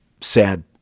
sad